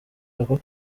aho